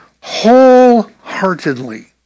wholeheartedly